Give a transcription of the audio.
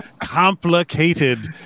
complicated